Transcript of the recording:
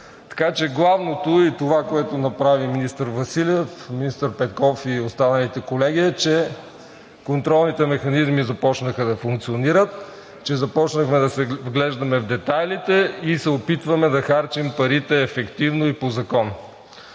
Така че главното, и това, което направи министър Василев, министър Петков и останалите колеги, е, че контролните механизми започнаха да функционират, че започнахме да се вглеждаме в детайлите и се опитваме да харчим парите ефективно и по закон.